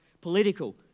political